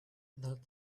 that